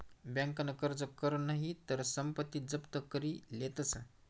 बँकन कर्ज कर नही तर संपत्ती जप्त करी लेतस